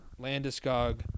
Landeskog